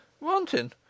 Wanting